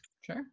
Sure